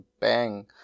bang